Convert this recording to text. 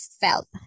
felt